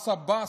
מס עבאס,